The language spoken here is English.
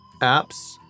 apps